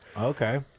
Okay